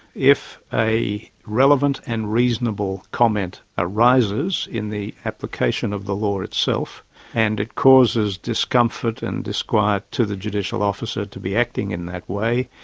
if a relevant and reasonable comment arises in the application of the law itself and it causes discomfort and disquiet to the judicial officer to be acting in that way,